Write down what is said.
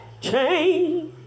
Change